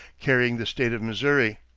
carrying the state of missouri.